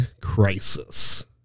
crisis